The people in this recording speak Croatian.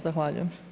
Zahvaljujem.